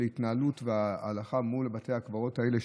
ההתנהלות וההלכה מול בתי הקברות האלה,